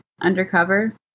Undercover